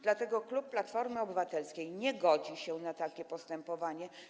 Dlatego klub Platformy Obywatelskiej nie godzi się na takie postępowanie.